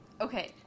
Okay